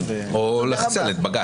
או לחסל את בג"צ.